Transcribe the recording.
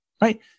right